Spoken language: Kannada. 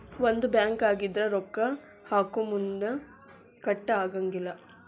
ಒಂದ ಬ್ಯಾಂಕ್ ಆಗಿದ್ರ ರೊಕ್ಕಾ ಹಾಕೊಮುನ್ದಾ ಕಟ್ ಆಗಂಗಿಲ್ಲಾ